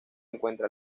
encuentra